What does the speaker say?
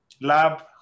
lab